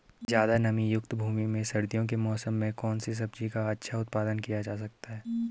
ज़्यादा नमीयुक्त भूमि में सर्दियों के मौसम में कौन सी सब्जी का अच्छा उत्पादन किया जा सकता है?